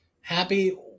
Happy